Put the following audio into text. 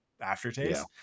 aftertaste